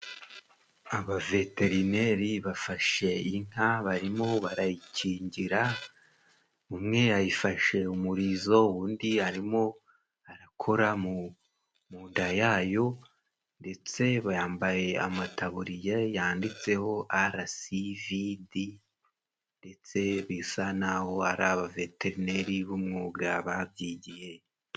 Abaveterineri bafashe inka barimo barayikingira, umwe ayifashe umurizo undi arimo arakora mu nda yayo, ndetse bambaye amataburiya yanditseho arasividi, ndetse bisa n'aho ari abaveteneri b'umwuga babyigiye.